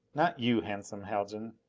not you, handsome haljan!